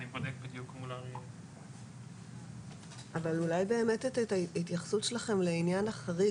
אני לא יכול לומר את זה בצורה ודאית אבל נראה לי שלאור העלייה בתחלואה,